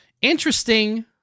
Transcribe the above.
Interesting